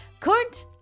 Kunt